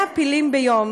100 פילים ביום.